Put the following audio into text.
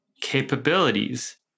capabilities